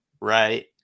right